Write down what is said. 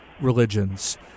religions